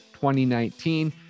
2019